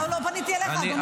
אני לא פניתי אליך, אדוני.